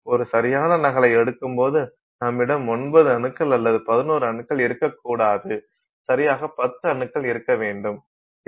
ஒரு சரியான நகலைச் எடுக்கும்போது நம்மிடம் 9 அணுக்கள் அல்லது 11 அணுக்கள் இருக்கக்கூடாது சரியாக 10 அணுக்கள் இருக்க வேண்டும்